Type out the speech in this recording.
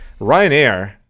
Ryanair